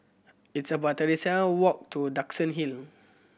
it's about thirty seven walk to Duxton Hill